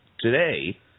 Today